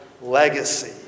legacy